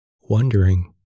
wondering